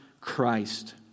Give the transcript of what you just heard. Christ